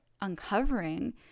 uncovering